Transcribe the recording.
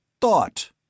thought